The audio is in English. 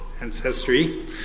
ancestry